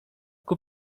kup